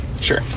Sure